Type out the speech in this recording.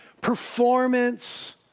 performance